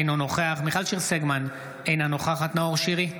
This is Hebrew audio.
אינו נוכח מיכל שיר סגמן, אינה נוכחת נאור שירי,